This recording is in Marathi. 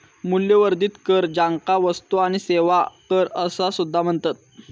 मूल्यवर्धित कर, ज्याका वस्तू आणि सेवा कर असा सुद्धा म्हणतत